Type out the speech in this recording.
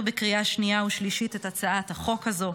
בקריאה שנייה ושלישית את הצעת החוק הזו,